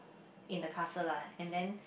in the castle lah and then